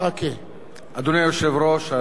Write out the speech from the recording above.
אדוני היושב-ראש, אדוני השר,